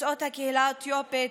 יוצאות הקהילה האתיופית,